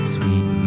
Sweet